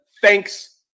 thanks